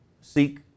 seek